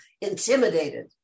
intimidated